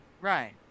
Right